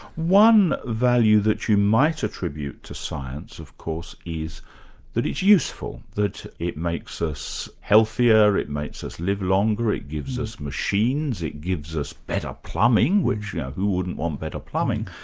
one value that you might attribute to science of course is that it's useful, that it makes us healthier, it makes us live longer, it gives us machines, it gives us better plumbing, which, you know, who wouldn't want better plumbing?